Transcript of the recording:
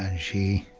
and she